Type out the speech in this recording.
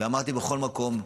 ואמרתי בכל מקום: